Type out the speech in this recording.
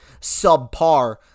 subpar